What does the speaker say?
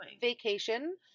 vacation